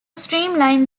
streamline